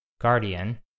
Guardian